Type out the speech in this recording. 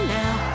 now